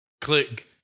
click